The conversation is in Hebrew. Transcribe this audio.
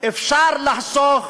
אפשר לחסוך